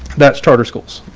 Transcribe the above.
that's charter schools.